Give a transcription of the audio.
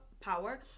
power